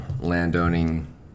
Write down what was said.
landowning